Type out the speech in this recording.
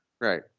Right